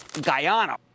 Guyana